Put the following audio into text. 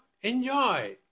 enjoy